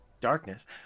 darkness